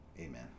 Amen